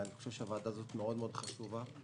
הוועדה הזאת חשובה מאוד.